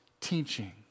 teaching